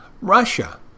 Russia